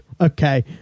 Okay